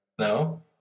No